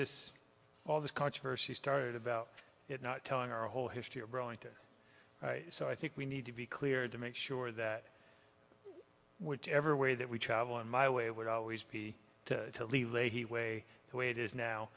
this all this controversy started about it not telling our whole history of growing to so i think we need to be clear to make sure that whichever way that we travel on my way would always be to leave leahy way the way it is now